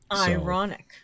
Ironic